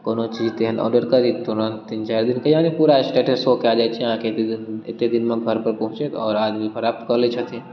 कोनो चीजके एहन ऑडर करी तुरन्त तीन चारि दिनके यानी पूरा स्टेटस शो कऽ जाइ छै अहाँके एतेक दिनमे घरपर पहुँचत आओर आदमी प्राप्त कऽ लै छथिन